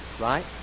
right